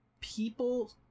people